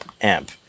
amp